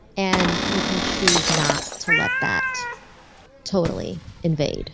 and you can choose not to let that totally invade